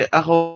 ako